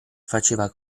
faceva